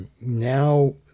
now